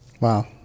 Wow